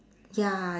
ya